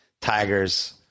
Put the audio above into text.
Tigers